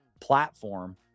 platform